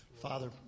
Father